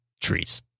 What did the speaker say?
trees